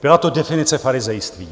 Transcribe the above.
Byla to definice farizejství.